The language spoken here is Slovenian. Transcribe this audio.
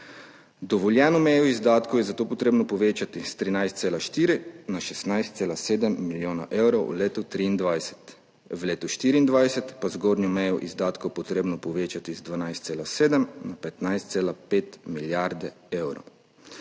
Dovoljeno mejo izdatkov je zato potrebno povečati s 13,4 na 16,7 milijona evrov v letu 2023, v letu 2024 pa je zgornjo mejo izdatkov potrebno povečati z 12,7 na 15,5 milijarde evrov.